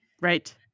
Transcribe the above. Right